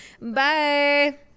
bye